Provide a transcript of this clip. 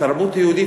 התרבות היהודית,